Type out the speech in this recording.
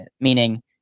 Meaning